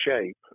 shape